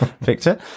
Victor